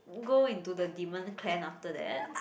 go into the demon clan after that